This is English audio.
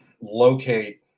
locate